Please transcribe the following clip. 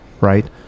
right